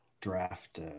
draft